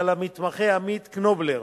אבל המתמחה עמית קנובלר,